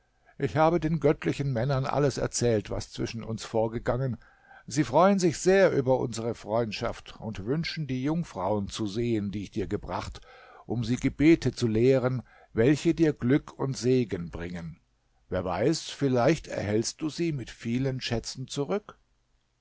ich habe den göttlichen männern alles erzählt was zwischen uns vorgegangen sie freuen sich sehr über unsere freundschaft und wünschen die jungfrauen zu sehen die ich dir gebracht um sie gebete zu lehren welche dir glück und segen bringen wer weiß vielleicht erhältst du sie mit vielen schätzen zurück